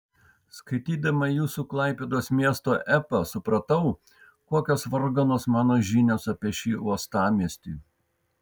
skaitydama jūsų klaipėdos miesto epą supratau kokios varganos mano žinios apie šį uostamiestį